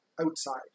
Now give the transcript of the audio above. outside